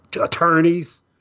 attorneys